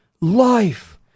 Life